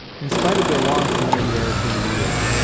in spite of their long familiarity with the woods,